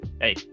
hey